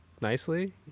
nicely